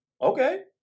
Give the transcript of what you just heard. Okay